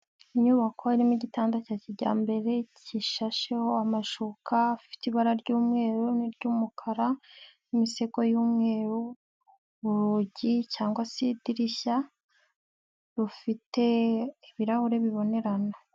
Inyubako irimo igitanda cya kijyambere gishasheho amashuka afite ibara ry'umweru n'iry'umukara n'imisego y'umweru urugi cyangwa se idirishya rufite ibirahure bibonerana.